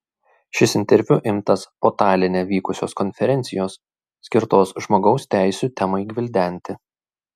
šis interviu imtas po taline vykusios konferencijos skirtos žmogaus teisių temai gvildenti